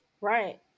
Right